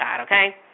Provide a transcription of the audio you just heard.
Okay